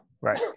right